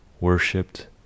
worshipped